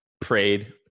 prayed